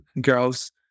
girls